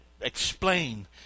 explain